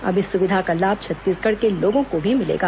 अब इस सुविधा का लाभ छत्तीसगढ़ के लोगों को भी मिलेगा